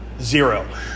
Zero